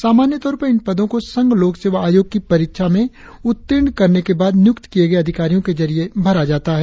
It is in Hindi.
सामान्य तौर पर इन पदों को संघ लोक सेवा आयोग की परीक्षा में उत्तीर्ण करने के बाद नियुक्त किए गए अधिकारियों के जरिए भरा जाता है